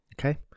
okay